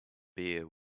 beer